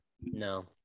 No